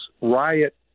riot